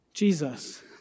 Jesus